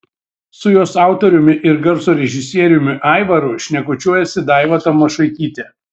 su jos autoriumi ir garso režisieriumi aivaru šnekučiuojasi daiva tamošaitytė